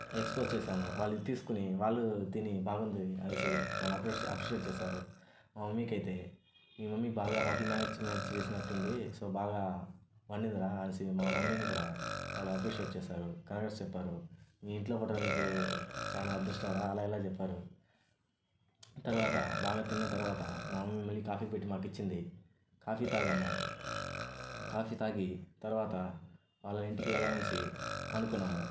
expose చేశాను వాళ్లు ఈ తీసుకుని వాళ్లు తిని బాగుంది అనేసి నన్ను అప్రిషియే అప్రిషియేట్ చేశారు మా మమ్మీకి అయితే మీ మమ్మీ బాగా హోటల్ మేనేజ్మెంట్ చేసినట్టు ఉంది సో బాగా వండింది రా అనేసి మా మమ్మీని కూడా వాళ్లు అప్రిషియేట్ చేశారు కంగ్రాట్స్ చెప్పారు మీ ఇంటిలో పుట్టడం నీకు చాలా అదృష్టంరా అలా ఇలా చెప్పారు తర్వాత బాగా తిన్న తర్వాత మా మమ్మీ మళ్లీ కాఫీ పెట్టి మాకిచ్చింది కాఫీ తాగాము కాఫీ తాగి తర్వాత వాళ్ళ ఇంటికి వెళ్లాలి అనేసి అనుకున్నాము